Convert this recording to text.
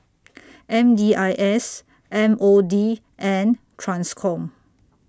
M D I S M O D and TRANSCOM